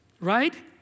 right